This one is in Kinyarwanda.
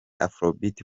afrobeat